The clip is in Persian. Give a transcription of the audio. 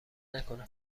نکنه